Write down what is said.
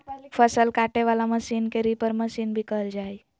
फसल काटे वला मशीन के रीपर मशीन भी कहल जा हइ